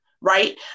right